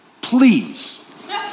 please